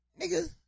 nigga